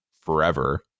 forever